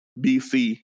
BC